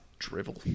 drivel